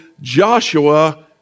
Joshua